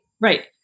right